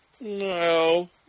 No